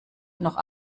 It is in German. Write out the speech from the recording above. noch